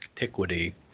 antiquity